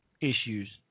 issues